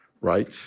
right